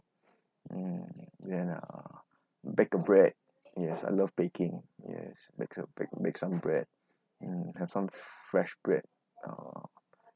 mm then ah bake a bread yes I love baking yes makes some make bake bake bread and have some fresh bread uh